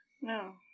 No